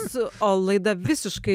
su o laida visiškai